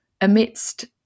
amidst